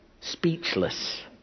speechless